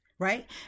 right